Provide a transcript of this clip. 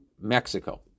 Mexico